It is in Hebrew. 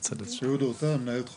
אהוד אור-טל, מנהל תחום